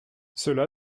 cela